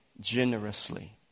generously